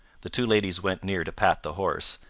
the two ladies went near to pat the horse,